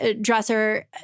dresser